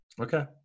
Okay